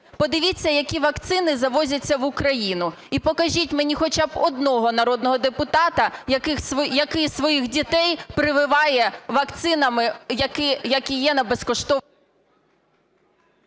Подивіться, які вакцини завозяться в Україну, і покажіть мені хоча б одного народного депутата, який своїх дітей прививає вакцинами, які є на...